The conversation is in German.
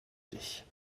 dich